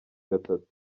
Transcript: gatatu